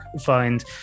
find